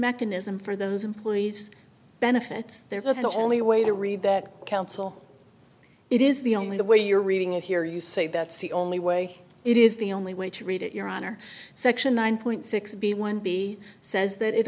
mechanism for those employees benefits they were the only way to read that council it is the only way you're reading it here you say that's the only way it is the only way to read it your honor section nine point six b one b says that it